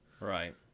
Right